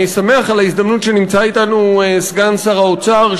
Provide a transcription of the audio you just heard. אני שמח על ההזדמנות שנמצא אתנו סגן שר האוצר,